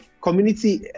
Community